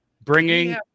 Bringing